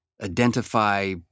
identify